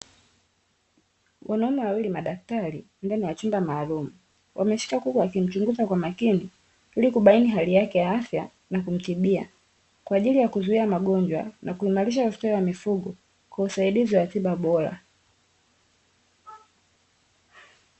Wanaume wawili madaktari ndani ya chumba maalumu, wameshika kuku wakimchunguza kwa makini ili kubaini hali yake ya afya na kumtibia, kwa ajili ya kuzuia magonjwa na kuimarisha ustawi wa mifugo kwa usaidizi wa tiba bora.